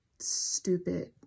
Stupid